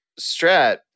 Strat